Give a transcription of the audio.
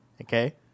Okay